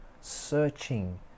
searching